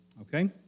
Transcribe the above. Okay